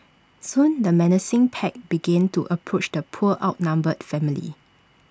soon the menacing pack began to approach the poor outnumbered family